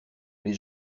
les